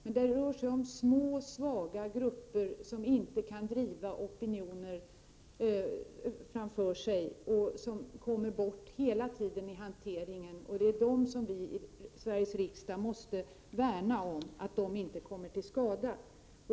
Men det handlar om små och svaga grupper som inte kan driva opinioner framför sig och som hela tiden kommer: bort i hanteringen. Och vi i Sveriges riksdag måste värna om dessa grupper så att de inte kommer till skada.